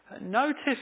Notice